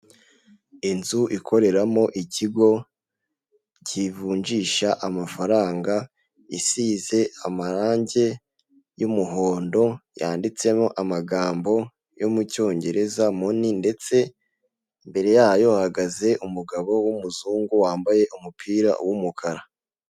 Inzu ikoreramo ikigo kivunjisha amafaranga isize amarangi y'umuhondo yanditseho amagambo yo mu cyongereza moni ndetse imbere yayo hahagaze umugabo w'umuzungu wambaye umupira w'umukara.